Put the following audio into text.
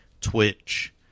Twitch